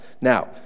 Now